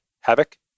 havoc